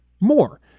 more